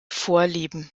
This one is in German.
vorlieben